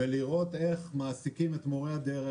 לראות איך מעסיקים את מורי הדרך,